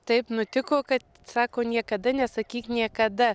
taip nutiko kad sako niekada nesakyk niekada